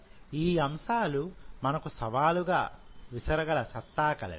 ఈ అంశాలు మనకు సవాలు విసరగల సత్తా కలవి